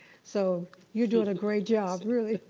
so you're doing a great job, really.